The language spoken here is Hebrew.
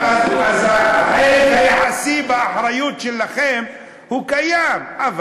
אז החלק היחסי באחריות שלכם קיים,